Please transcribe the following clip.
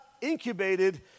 incubated